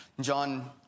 john